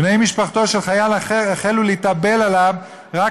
בני-משפחתו של חייל אחר החלו להתאבל עליו רק